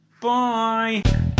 Bye